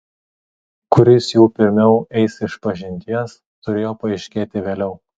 kuris jų pirmiau eis išpažinties turėjo paaiškėti vėliau